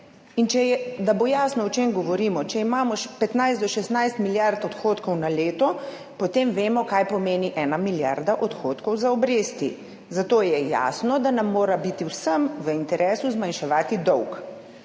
če je, da bo jasno o čem govorimo, če imamo 15 do 16 milijard odhodkov na leto, potem vemo kaj pomeni 1 milijarda odhodkov za obresti, zato je jasno, da nam mora biti vsem v interesu zmanjševati dolg.